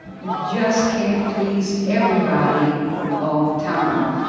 you just can't please everybody all the time.